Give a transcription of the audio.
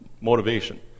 motivation